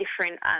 different